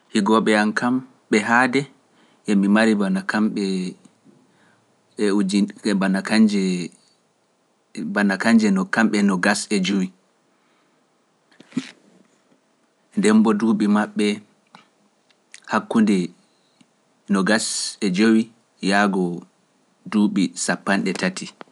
Higooɓe am kam ɓe haade emi mari bana kamɓe ujjineje bana kanje nogas e joyi(twenty five). Dembo duuɓi maɓɓe hakkunde no gas e joyi yaago duuɓi sappanɗe tati(thirty).